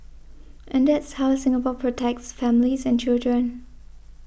and that's how Singapore protects families and children